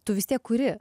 tu vis tiek kuri